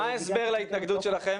מה ההסבר להתנגדות שלכם?